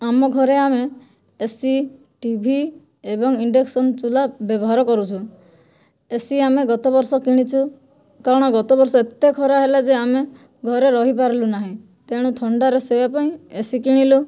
ଆମ ଘରେ ଆମେ ଏସି ଟିଭି ଏବଂ ଇଣ୍ଡକ୍ସନ ଚୁଲା ବ୍ୟବହାର କରୁଛୁ ଏସି ଆମେ ଗତବର୍ଷ କିଣିଛୁ କାରଣ ଗତ ବର୍ଷ ଏତେ ଖରା ହେଲା ଯେ ଆମେ ଘରେ ରହିପାରିଲୁ ନାହିଁ ତେଣୁ ଥଣ୍ଡାରେ ଶୋଇବା ପାଇଁ ଏସି କିଣିଲୁ